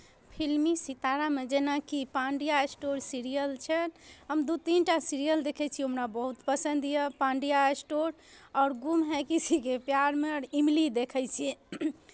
फिल्मी सितारामे जेनाकि पांड्या स्टोर सीरियल छनि हम दू तीन टा सीरियल देखै छी ओ हमरा बहुत पसंद यए पांड्या स्टोर और गुम हैं किसी के प्यार मे आओर इमली देखै छी